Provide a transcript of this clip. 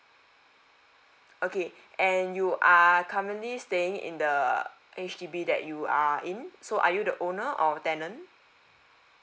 okay and you are currently staying in the H_D_B that you are in so are you the owner or tenant